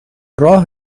راه